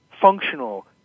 functional